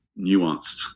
nuanced